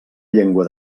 llengua